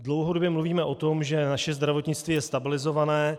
Dlouhodobě mluvíme o tom, že naše zdravotnictví je stabilizované.